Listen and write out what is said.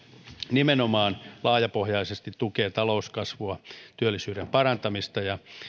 nimenomaan laajapohjaisesti tukevat talouskasvua työllisyyden parantumista ja